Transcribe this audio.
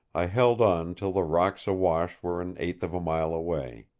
i held on till the rocks awash were an eighth of a mile away.